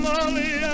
Molly